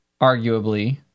arguably